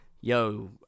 yo